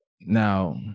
now